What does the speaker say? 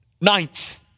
Ninth